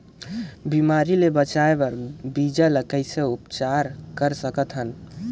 बिमारी ले बचाय बर बीजा ल कइसे उपचार कर सकत हन?